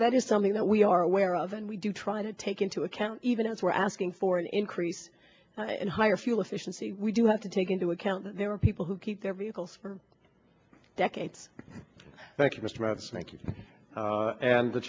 that is something that we are aware of and we do try to take into account even as we're asking for an increase in higher fuel efficiency we do have to take into account that there are people who keep their vehicles for decades than